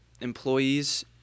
employees